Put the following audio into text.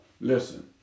Listen